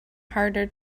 harder